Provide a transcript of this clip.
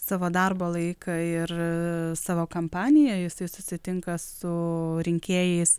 savo darbo laiką ir savo kampaniją jisai susitinka su rinkėjais